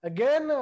Again